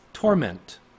torment